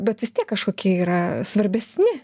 bet vis tiek kažkokie yra svarbesni